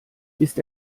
ist